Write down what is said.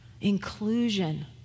Inclusion